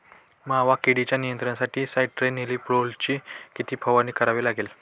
मावा किडीच्या नियंत्रणासाठी स्यान्ट्रेनिलीप्रोलची किती फवारणी करावी लागेल?